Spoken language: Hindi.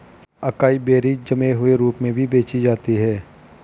अकाई बेरीज जमे हुए रूप में भी बेची जाती हैं